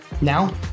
Now